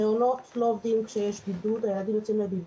המעונות לא עובדים כשיש בידוד או בהסגר.